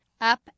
up